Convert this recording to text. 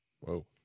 Whoa